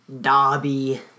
Dobby